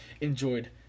enjoyed